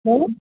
बरं